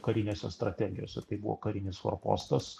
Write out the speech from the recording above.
karinėse strategijose tai buvo karinis forpostas